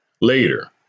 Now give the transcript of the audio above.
Later